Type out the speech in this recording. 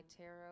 tarot